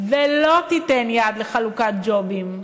ולא תיתן יד לחלוקת ג'ובים,